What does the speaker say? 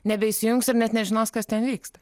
nebeįsijungs ir net nežinos kas ten vyksta